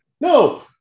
No